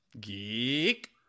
Geek